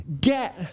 get